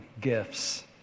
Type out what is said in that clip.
gifts